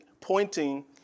pointing